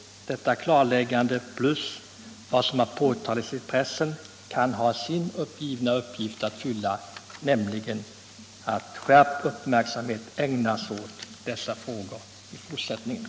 Detta klarläggande plus vad som har framhållits i pressen kan ha sin uppgift att fylla, så att skärpt uppmärksamhet ägnas åt dessa frågor i fortsättningen.